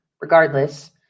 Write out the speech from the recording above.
Regardless